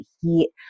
heat